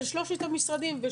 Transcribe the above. של שלושת המשרדים.